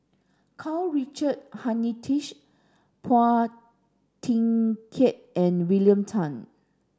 Karl Richard Hanitsch Phua Thin Kiay and William Tan